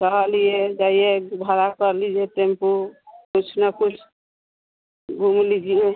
टहलिए जाइए भरा कर लीजिए टेम्पू कुछ न कुछ घूम लीजिए